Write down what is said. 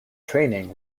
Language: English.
training